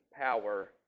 power